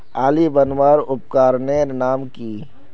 आली बनवार उपकरनेर नाम की?